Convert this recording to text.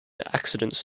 accidents